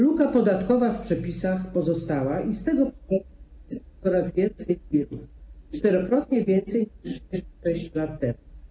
Luka podatkowa w przepisach pozostała i z tego powodu jest coraz więcej firm, czterokrotnie więcej niż 6 lat temu.